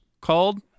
called